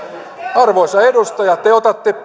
arvoisa edustaja te te otatte